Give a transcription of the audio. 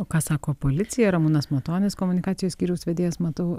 o ką sako policija ramūnas matonis komunikacijos skyriaus vedėjas matau